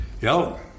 Yo